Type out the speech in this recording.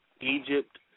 Egypt